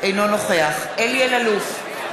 אינו נוכח אלי אלאלוף,